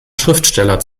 schriftsteller